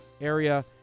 area